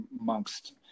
amongst